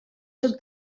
tot